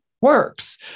works